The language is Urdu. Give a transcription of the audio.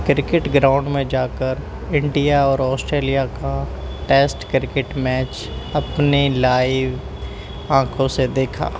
کرکٹ گراؤنڈ میں جا کر انڈیا اور آسٹریلیا کا ٹیسٹ کرکٹ میچ اپنے لائیو آنکھوں سے دیکھا